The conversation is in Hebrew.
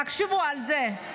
תחשבו על זה,